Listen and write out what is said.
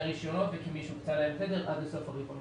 רישיונות וכמי שהוקצה להם תדר עד לסוף הרבעון.